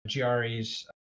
GREs